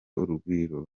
urugwiro